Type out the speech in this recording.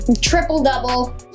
triple-double